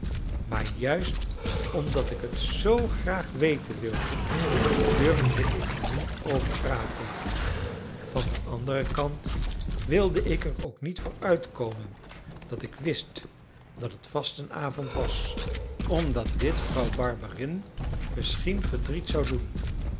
maar juist omdat ik het zoo graag weten wilde durfde ik er niet over praten van den anderen kant wilde ik er ook niet voor uitkomen dat ik wist dat het vastenavond was omdat dit vrouw barberin misschien verdriet zou doen